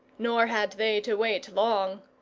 nor had they to wait long.